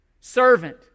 servant